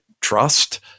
trust